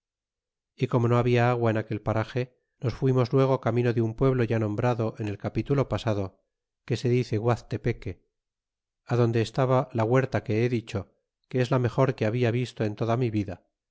y como no habia agua en aquel parage nos fuimos luego camino de un pueblo ya nombrado en el capítulo pasado que se dice guaztepeque adonde estaba la huerta que he dicho que es la mejor que habla visto en toda mi vida